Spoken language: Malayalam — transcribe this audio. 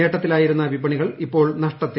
നേട്ടത്തിലായിരുന്ന വിപണികൾ ഇപ്പോൾ നഷ്ടത്തിൽ